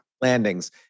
landings